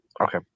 okay